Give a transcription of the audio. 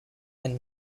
and